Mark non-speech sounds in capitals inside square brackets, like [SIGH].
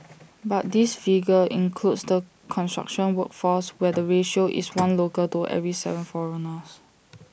but this figure includes the construction workforce where the ratio is one [NOISE] local for every Seven [NOISE] foreigners